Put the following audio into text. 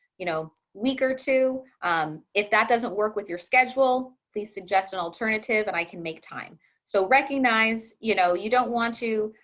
you know, week or two if that doesn't work with your schedule, please suggest an alternative and i can make time so recognize, you know, you don't want to